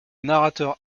narrateur